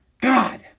God